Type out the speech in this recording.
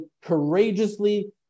courageously